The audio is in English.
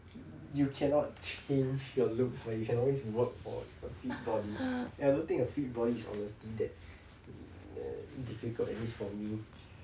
you cannot change your looks but you can always work for a fit body I don't think a fit body is honestly that difficult at least for me